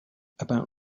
about